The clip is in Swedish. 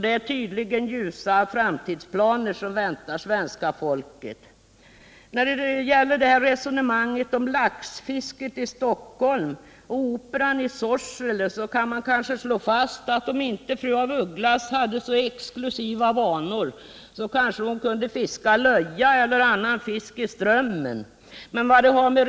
Det är ljusa framtidsplaner som svenska folket har att se fram emot. När det gäller resonemanget om lax fisket i Stockholm och operan i Sorsele kan man kanske slå fast att fru af Ugglas, om hon inte hade så exklusiva vanor, kanske kunde fiska löja eller annan fisk i strömmen. Men vad detta har med